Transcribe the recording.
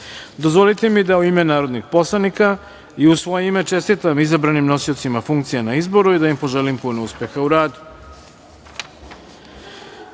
odluke. Dozvolite mi da, u ime narodnih poslanika i u svoje ime, čestitam izabranim nosiocima funkcija na izboru i da im poželim puno uspeha u radu. Pošto